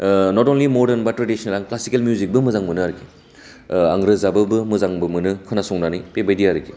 not only modern but traditional classical मिउजिकबो मोजां मोनो आरोखि रोजाबोबो मोजांबो मोनो खोनासंनानै बे बायदि आरोखि